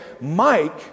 Mike